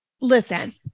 Listen